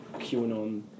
QAnon